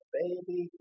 baby